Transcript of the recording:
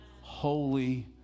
holy